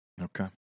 okay